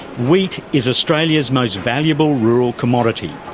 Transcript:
wheat is australia's most valuable rural commodity.